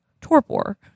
torpor